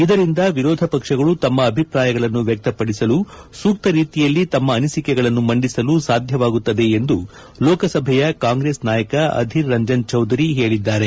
ಇದರಿಂದ ವಿರೋಧ ಪಕ್ಷಗಳು ತಮ್ಮ ಅಭಿಪ್ರಾಯಗಳನ್ನು ವ್ಯಕ್ತಪಡಿಸಲು ಸೂಕ್ತ ರೀತಿಯಲ್ಲಿ ತಮ್ಮ ಅನಿಸಿಕೆಗಳನ್ನು ಮಂಡಿಸಲು ಸಾಧ್ಯವಾಗುತ್ತದೆ ಎಂದು ಲೋಕಸಭೆಯ ಕಾಂಗ್ರೆಸ್ ನಾಯಕ ಅಧೀರ್ ರಂಜನ್ ಚೌಧುರಿ ಹೇಳಿದ್ದಾರೆ